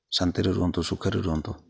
ଶାନ୍ତିରେ ରୁହନ୍ତୁ ସୁଖରେ ରୁହନ୍ତୁ